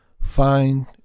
find